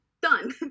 done